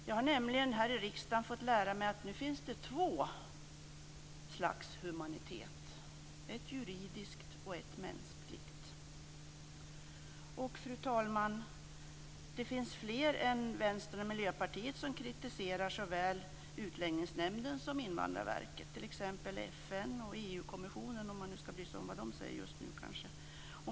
Jag har nämligen här i riksdagen fått lära mig att det nu finns två slags humanitet, ett juridiskt och ett mänskligt. Fru talman! Det finns fler än Vänsterpartiet och Miljöpartiet som kritiserar såväl Utlänningsnämnden som Invandrarverket, t.ex. FN och EU kommissionen, om man nu skall bry sig om vad den säger just nu.